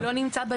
שלא נמצא.